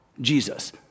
Jesus